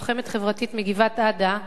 לוחמת חברתית מגבעת-עדה,